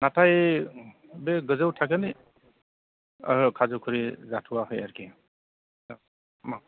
नाथाय बे गोजौ थाखोनि खाज्य'खरि जाथ'वाखै आरोखि